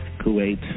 Kuwait